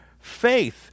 faith